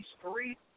three